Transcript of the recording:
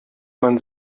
man